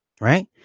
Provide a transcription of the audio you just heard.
right